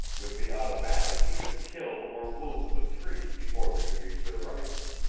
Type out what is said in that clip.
with the automatic he could kill or wound the three before they could reach their rifles,